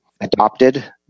adopted